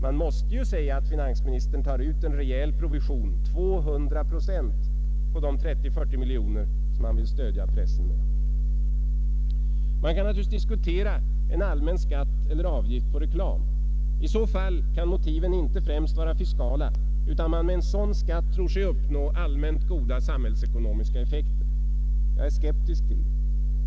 Man måste säga att finansministern tar ut en rejäl provision: 200 procent på de 30—40 miljoner som han vill stödja pressen med. Man kan naturligtvis diskutera en allmän skatt eller avgift på reklam. I så fall kan motiven inte främst vara fiskala, utan att man med en sådan skatt tror sig uppnå allmänt goda samhällsekonomiska effekter. Jag är skeptisk till detta.